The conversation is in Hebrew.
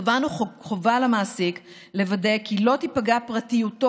קבענו חובה על המעסיק לוודא כי לא תיפגע פרטיותו